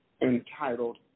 entitled